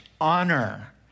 honor